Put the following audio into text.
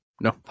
no